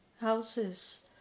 houses